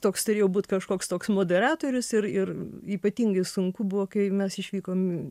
toks turėjau būt kažkoks toks moderatorius ir ir ypatingai sunku buvo kai mes išvykom